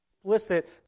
explicit